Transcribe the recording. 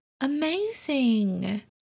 Amazing